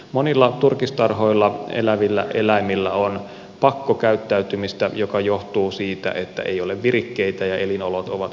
monilla turkistarhoilla elävillä eläimillä on pakkokäyttäytymistä joka johtuu siitä että ei ole virikkeitä ja elinolot ovat hyvin kurjat